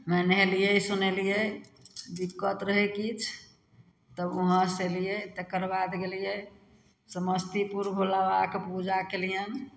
मे नहेलियै सुनेलियै दिक्कत रहय किछु तब वहाँसँ अयलियै तकरबाद गेलियै समस्तीपुर भोलाबबाके पूजा कयलियनि